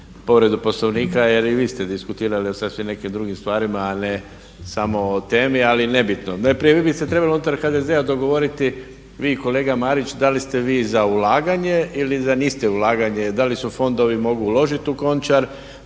povredu Poslovnika jer i vi ste diskutirali o sasvim nekim drugim stvarima a ne samo o temi ali nebitno. Najprije vi biste trebali unutar HDZ-a dogovoriti vi i kolega Marić da li ste vi za ulaganje ili niste za ulaganje, da li se fondovi mogu uložiti u Končar